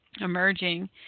emerging